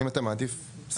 אם אתה מעדיף, סליחה.